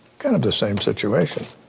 kind of the same situation.